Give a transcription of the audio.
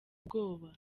ubwoba